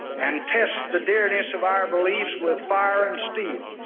and test the dearness of our beliefs with fire and steel,